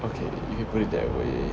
okay if you put it that way